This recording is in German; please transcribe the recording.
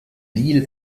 deal